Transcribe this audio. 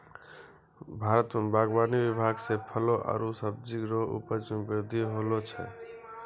भारत मे बागवानी विभाग से फलो आरु सब्जी रो उपज मे बृद्धि होलो छै